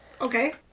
Okay